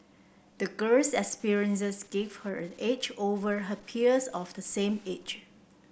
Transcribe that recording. the girl's experiences gave her an edge over her peers of the same age